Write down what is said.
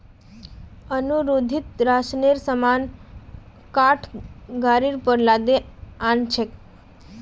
अनिरुद्ध राशनेर सामान काठ गाड़ीर पर लादे आ न छेक